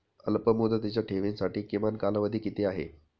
अल्पमुदतीच्या ठेवींसाठी किमान कालावधी किती आहे?